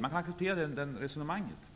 Man kan acceptera det resonemanget.